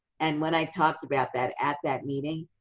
and when i talked about that at that meeting,